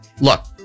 look